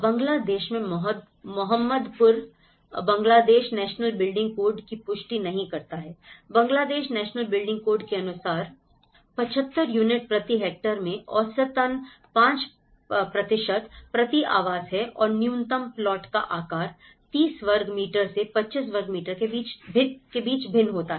बांग्लादेश में Mohammadpur Bangladesh national building code की पुष्टि नहीं करता है बांग्लादेश नेशनल बिल्डिंग कोड के अनुसार 75 यूनिट प्रति हेक्टेयर में औसतन 5 प्रति आवास है और न्यूनतम प्लॉट का आकार 30 वर्ग मीटर से 25 वर्ग मीटर के बीच भिन्न होता है